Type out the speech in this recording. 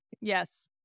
yes